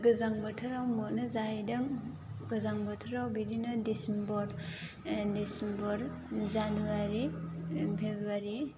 गोजां बोथोराव मोनो जाहैदों गोजां बोथोराव बिदिनो दिसिम्बर दिसिम्बर जानुवारि फेबुवारि